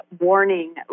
warning